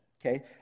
okay